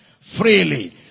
Freely